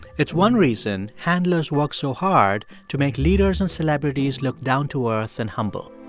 it's one reason handlers work so hard to make leaders and celebrities look down to earth and humble.